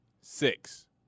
six